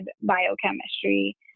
biochemistry